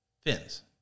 fins